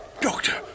Doctor